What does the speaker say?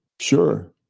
Sure